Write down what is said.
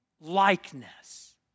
likeness